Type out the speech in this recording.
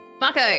Marco